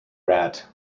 rat